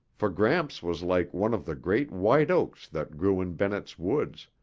for gramps was like one of the great white oaks that grew in bennett's woods,